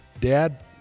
Dad